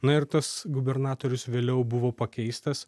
na ir tas gubernatorius vėliau buvo pakeistas